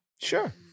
Sure